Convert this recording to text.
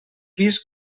vist